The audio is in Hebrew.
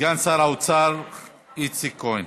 סגן שר האוצר איציק כהן.